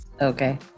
okay